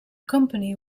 company